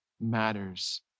matters